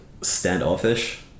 standoffish